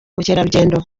mukerarugendo